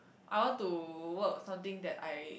I want to work something that I